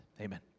Amen